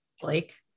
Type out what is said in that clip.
blake